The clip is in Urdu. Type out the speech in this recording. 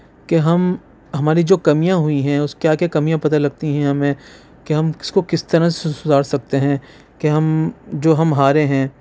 کہ ہم ہماری جو کمیاں ہوئی ہیں اُس کیا کیا کمیاں پتہ لگتی ہیں ہمیں کہ ہم کس کو کس طرح سے سدھار سکتے ہیں کہ ہم جو ہم ہارے ہیں